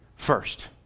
First